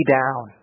down